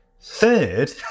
third